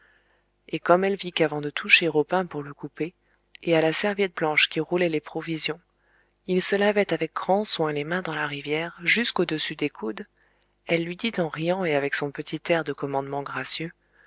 et comme elle vit qu'avant de toucher au pain pour le couper et à la serviette blanche qui roulait les provisions il se lavait avec grand soin les mains dans la rivière jusqu'au-dessus des coudes elle lui dit en riant et avec son petit air de commandement gracieux